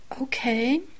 Okay